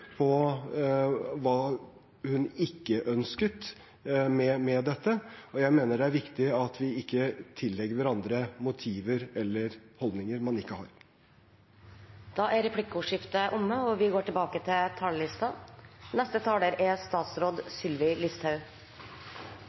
på hva hun ikke ønsket med dette, og jeg mener at det er viktig at vi ikke tillegger hverandre motiver eller holdninger man ikke har. Replikkordskiftet er omme. Det har vært mye debatt rundt innlegget jeg la ut fredag. Jeg er glad for å få denne muligheten til